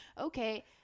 okay